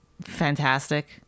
Fantastic